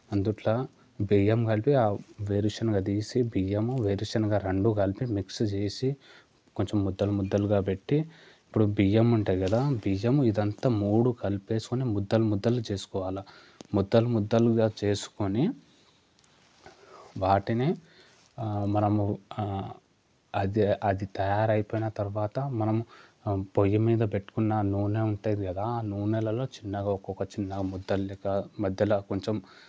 అందుట్లో బియ్యం కలిపి వేరుశనగ తీసి బియ్యము వేరుశనగ రెండు కలిపి మిక్స్ చేసి కొంచెం ముద్దుల ముద్దులుగా పెట్టి ఇప్పుడు బియ్యం ఉంటుంది కదా బియ్యం ఇదంతా మూడు కలిపేసుకుని ముద్దుల ముద్దులు చేసుకోవాలా ముద్దుల ముద్దులుగా చేసుకుని వాటిని మనము అది అది తయారు అయిపోయిన తర్వాత మనం పొయ్యి మీద పెట్టుకున్నా నూనె ఉంటుంది కదా ఆ నూనెలలో చిన్నగా ఒక్కొక్క చిన్న ముద్దులగా మధ్యలో కొంచెం